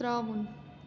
ترٛاوُن